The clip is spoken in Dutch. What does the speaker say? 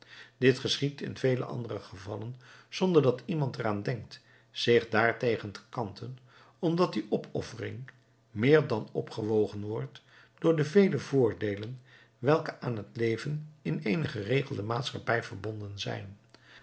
dit geschiedt in vele andere gevallen zonder dat iemand er aan denkt zich daartegen te kanten omdat die opoffering meer dan opgewogen wordt door de vele voordeelen welke aan het leven in eene geregelde maatschappij verbonden zijn